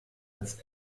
als